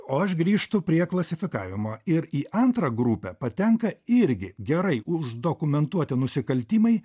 o aš grįžtu prie klasifikavimo ir į antrą grupę patenka irgi gerai už dokumentuoti nusikaltimai